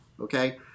Okay